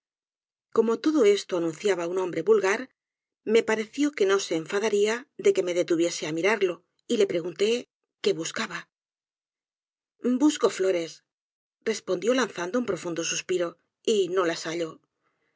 gomo todo esto anunciaba un hombre vulgar me pareció que no se enfadaría de que me detuviese á mirarlo y le pregunté qué buscaba busco flores respondió lanzando un profundo suspiro y no las hallo